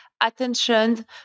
attention